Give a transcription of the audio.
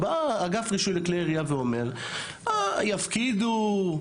בא האגף לרישוי כלי ירייה ואומר שיפקידו באופן